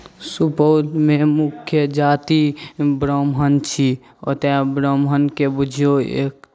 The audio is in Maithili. सुपौलमे मुख्य जाति ब्राह्मण छी ओतऽ ब्राह्मणके बुझिऔ एक